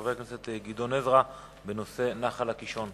של חבר הכנסת גדעון עזרא, בנושא נחל-קישון.